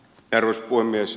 arvoisa puhemies